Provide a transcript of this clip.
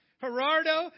Gerardo